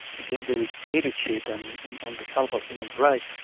against the dictatorship and and on behalf of human rights,